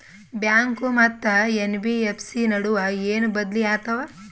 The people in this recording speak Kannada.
ಬ್ಯಾಂಕು ಮತ್ತ ಎನ್.ಬಿ.ಎಫ್.ಸಿ ನಡುವ ಏನ ಬದಲಿ ಆತವ?